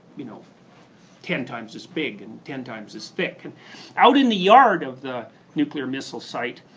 you know ten times as big, and ten times as thick. and out in the yard of the nuclear missile site,